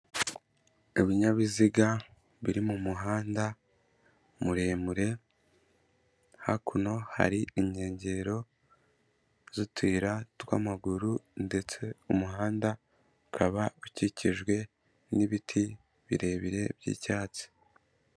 Ibinyabiziga biri mu muhanda muremure, hakuno hari inkengero z'utuyira tw'amaguru ndetse umuhanda ukaba ukikijwe n'ibiti birebire by'icyatsi.